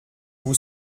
vous